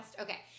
Okay